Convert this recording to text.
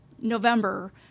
November